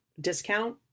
discount